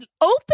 open